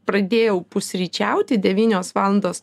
pradėjau pusryčiauti devynios valandos